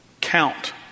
count